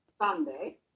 Sunday